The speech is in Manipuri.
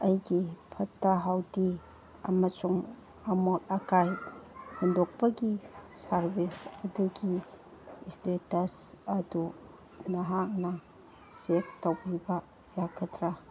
ꯑꯩꯒꯤ ꯐꯠꯇ ꯍꯥꯎꯗꯤ ꯑꯃꯁꯨꯡ ꯑꯃꯣꯠ ꯑꯀꯥꯏ ꯍꯨꯟꯗꯣꯛꯄꯒꯤ ꯁꯥꯔꯕꯤꯁ ꯑꯗꯨꯒꯤ ꯏꯁꯇꯦꯇꯁ ꯑꯗꯨ ꯅꯍꯥꯛꯅ ꯆꯦꯛ ꯇꯧꯕꯤꯕ ꯌꯥꯒꯗ꯭ꯔꯥ